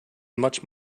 much